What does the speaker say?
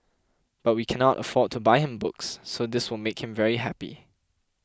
but we can not afford to buy him books so this will make him very happy